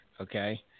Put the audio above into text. okay